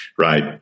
right